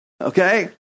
Okay